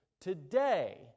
today